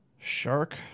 Shark